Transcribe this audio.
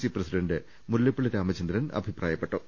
C president Mullappally Ramachandran അഭിപ്രായപ്പെട്ടു